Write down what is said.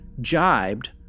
jibed